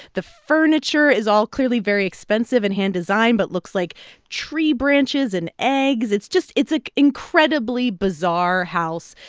the furniture is all clearly very expensive and hand-designed but looks like tree branches and eggs. it's just it's an incredibly bizarre house.